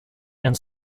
and